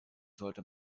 sollte